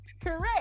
Correct